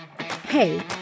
Hey